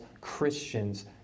Christians